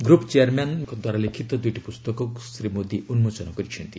group ଚେୟାରମ୍ୟାନ୍ଙ୍କ ଦ୍ୱାରା ଲିଖିତ ଦୁଇଟି ପୁସ୍ତକକୁ ଶ୍ରୀ ମୋଦି ଉନ୍କୋଚନ କରିଛନ୍ତି